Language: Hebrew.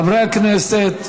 חברי הכנסת,